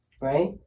right